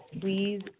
please